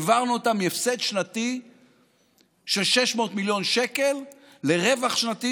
העברנו אותן מהפסד שנתי של 600 מיליון שקל לרווח שנתי,